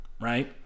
right